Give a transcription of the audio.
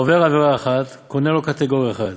והעובר עבירה אחת, קונה לו קטגור אחד.